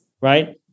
right